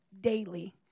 daily